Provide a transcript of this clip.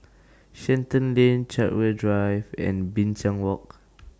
Shenton Lane Chartwell Drive and Binchang Walk